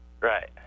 Right